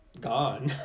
gone